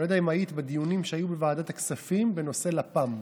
אני לא יודע אם היית בדיונים שהיו בוועדת הכספים בנושא לפ"מ.